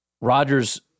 Rodgers